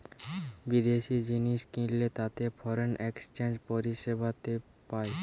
বিদেশি জিনিস কিনলে তাতে ফরেন এক্সচেঞ্জ পরিষেবাতে পায়